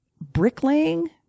bricklaying